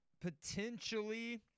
potentially